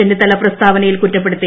ചെന്നിത്തുള്ളി പ്രിസ്താവനയിൽ കുറ്റപ്പെടുത്തി